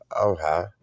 Okay